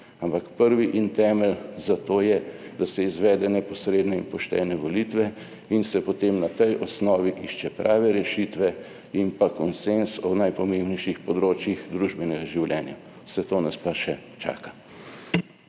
ampak prvi in temelj za to je, da se izvede neposredne in poštene volitve in se potem na tej osnovi išče prave rešitve in pa konsenz o najpomembnejših področjih družbenega življenja. Vse to nas pa še čaka.